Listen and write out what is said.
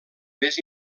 més